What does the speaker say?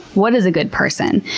what is a good person?